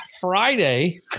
Friday